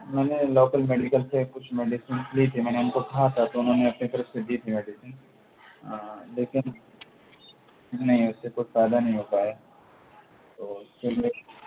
میں نے local medical سے کچھ میڈیسن لی تھی میں نے ان کو کہا تھا انہوں نے اپنے طرف سے دی تھی میڈیسن لیکن نہیں اس سے کچھ فائدہ نہیں ہو پایا تو پھر